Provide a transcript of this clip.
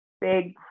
big